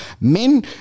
men